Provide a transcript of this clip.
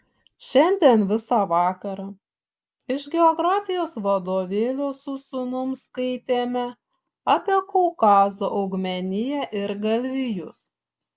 šiandien visą vakarą iš geografijos vadovėlio su sūnum skaitėme apie kaukazo augmeniją ir galvijus